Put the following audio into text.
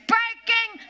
Breaking